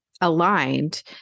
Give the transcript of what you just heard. aligned